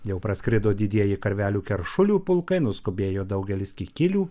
jau praskrido didieji karvelių keršulių pulkai nuskubėjo daugelis kikilių